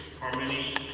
harmony